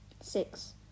six